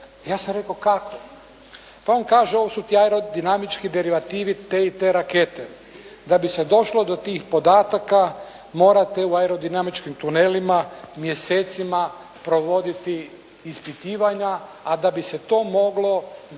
Ja sam rekao, kako? Pa, on kaže ovo su ti aerodinamički derivativi "P" i "T" rakete. Da bi se došlo do tih podataka morate u aerodinamičkim tunelima mjesecima provoditi ispitivanja, a da bi se to moglo,